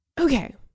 okay